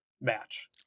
match